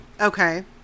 Okay